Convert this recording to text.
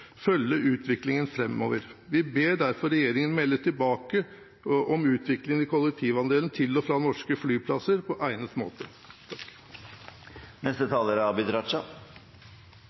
følge utviklingen framover. Vi ber derfor regjeringen melde tilbake om utviklingen i kollektivandelen til, fra og på norske flyplasser på egnet måte.